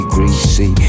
Greasy